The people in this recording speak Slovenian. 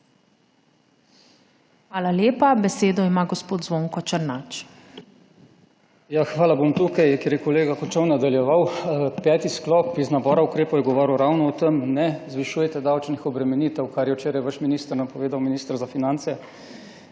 Hvala lepa. Besedo ima gospod Zvonko Černač. **ZVONKO ČERNAČ (PS SDS):** Hvala. Bom tukaj, kjer je kolega Kočo nadaljeval. Peti sklop iz nabora ukrepov je govoril ravno o tem, ne zvišujete davčnih obremenitev, kar je včeraj vaš minister napovedal, minister za finance,